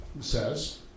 Says